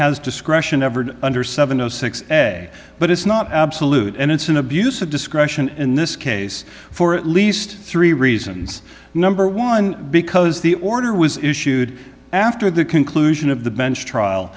has discretion ever under seven zero six but it's not absolute and it's an abuse of discretion in this case for at least three reasons number one because the order was issued after the conclusion of the bench trial